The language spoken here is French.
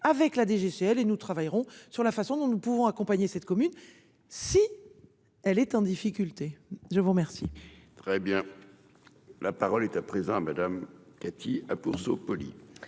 avec la DGCL et nous travaillerons sur la façon dont nous pouvons accompagner cette commune si. Elle est en difficulté, je vous remercie. Très bien. La parole est à présent madame Cathy pour ce.